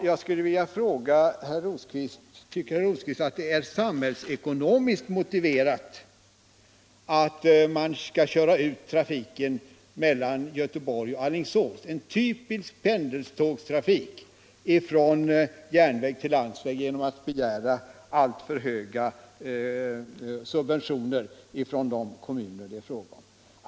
Jag skulle vilja ställa några frågor till herr Rosqvist i det sammanhanget: Tycker herr Rosqvist att det är samhällsekonomiskt motiverat att köra ut trafiken mellan Göteborg och Alingsås — en typisk pendeltågstrafik — från järnväg till landsväg genom att begära alltför höga subventioner från de kommuner det är fråga om?